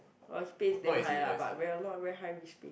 pay damn high lah but very a lot very high risk pay